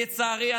לצערי,